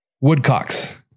Woodcocks